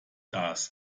das